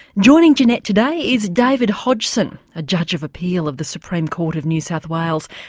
joining jeanette today is david hodgson, a judge of appeal of the supreme court of new south wales,